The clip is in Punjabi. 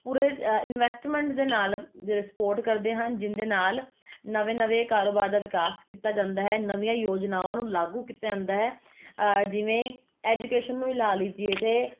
ਪੂਰੇ ਇਨਵੈਸਟਮੈਂਟ ਦੇ ਨਾਲ ਜਿਹੜਾ ਸਪੋਰਟ ਕਰਦੇ ਹਨ ਜਿਹਦੇ ਨਾਲ ਨਵੇਂ ਨਵੇਂ ਕਾਰੋਬਾਰ ਦਾ ਵਿਕਾਸ ਕੀਤਾ ਜਾਂਦਾ ਹੈ ਨਵੀਆਂ ਯੋਜਨਾਵਾਂ ਨੂੰ ਲਾਗੂ ਕੀਤਾ ਜਾਂਦਾ ਹੈ ਜਿਵੇਂ ਐਜੂਕੇਸ਼ਨ ਨੂੰ ਹੀ ਲਾ ਲਿਜੀਏ ਅਤੇ